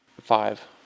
Five